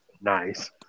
Nice